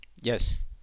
Yes